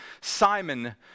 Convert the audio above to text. Simon